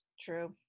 True